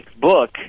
book